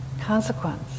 consequence